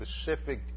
specific